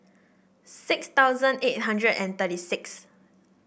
six thousand eight hundred and thirty sixth